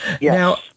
Yes